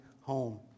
home